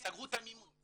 סגרו את המימון.